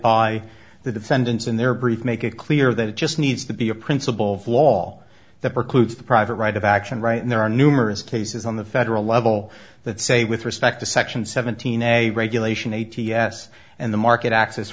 by the defendants in their briefs make it clear that it just needs to be a principle of law that precludes the private right of action right and there are numerous cases on the federal level that say with respect to section seventeen a regulation a t s and the market access